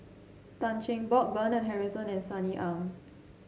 Tan Cheng Bock Bernard Harrison and Sunny Ang